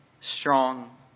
strong